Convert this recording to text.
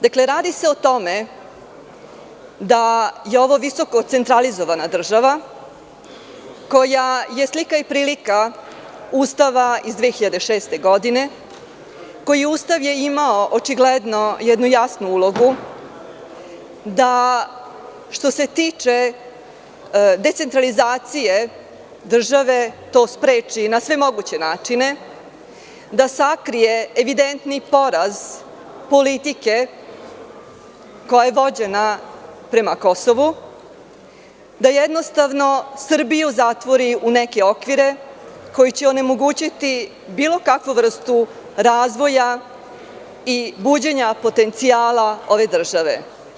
Dakle, radi se o tome da je ovo visoko centralizovana država koja je slika i prilika Ustava iz 2006. godine, koji je očigledno imao jednu jasnu ulogu da, što se tiče decentralizacije države, to spreči na sve moguće načine, da sakrije evidentni poraz politike koja je vođena prema Kosovu, da jednostavno Srbiju zatvori u neke okvire koji će onemogućiti bilo kakvu vrstu razvoja i buđenja potencijala ove države.